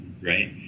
right